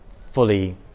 fully